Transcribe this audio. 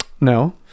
No